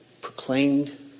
proclaimed